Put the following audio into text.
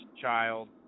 child